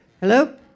Hello